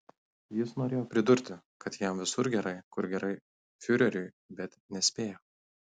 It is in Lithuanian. jis norėjo pridurti kad jam visur gerai kur gerai fiureriui bet nespėjo